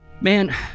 man